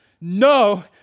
No